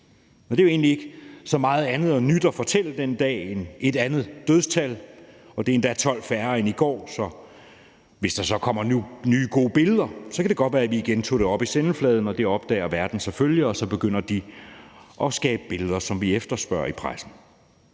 Der er jo egentlig ikke så meget andet og nyt at berette om den dag end et nyt dødstal, og det er endda på 12 færre end det i går. Hvis der så kommer nye gode billeder, kan det godt være, vi igen tager det op i sendefladen, og det opdager verden selvfølgelig, og så begynder man at skabe billeder, som vi efterspørger i pressen.